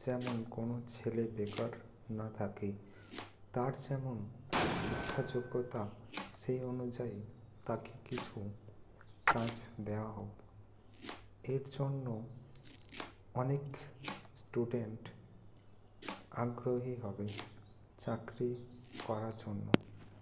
যেমন কোনও ছেলে বেকার না থাকে তার যেমন শিক্ষা যোগ্যতা সেই অনুযায়ী তাকে কিছু কাজ দেওয়া হোক এর জন্য অনেক স্টুডেন্ট আগ্রহী হবে চাকরি করার জন্য